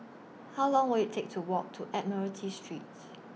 How Long Will IT Take to Walk to Admiralty Streets